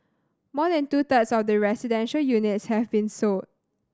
more than two thirds of the residential units have been sold